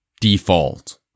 default